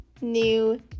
new